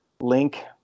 link